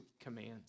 commands